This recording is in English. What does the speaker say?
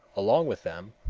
along with them,